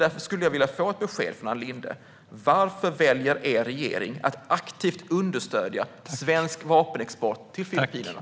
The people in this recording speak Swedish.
Därför skulle jag vilja få ett besked från Ann Linde: Varför väljer er regering att aktivt understödja svensk vapenexport till Filippinerna?